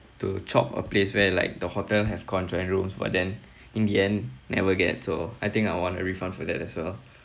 to chope a place where like the hotel have conjoined rooms but then in the end never get so I think I want a refund for that as well